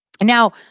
Now